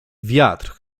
wiatr